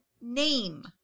name